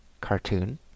cartoon